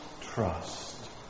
trust